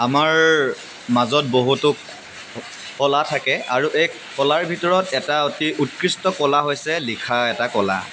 আমাৰ মাজত বহুতো কলা থাকে আৰু এই কলাৰ ভিতৰত এটা অতি উৎকৃষ্ট কলা হৈছে লিখা এটা কলা